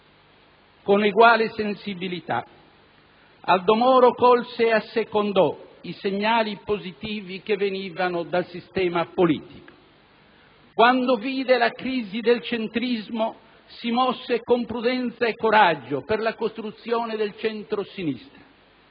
Con eguale sensibilità Aldo Moro colse e assecondò i segnali positivi che venivano dal sistema politico. Quando vide la crisi del centrismo, si mosse con prudenza e coraggio per la costruzione del centrosinistra.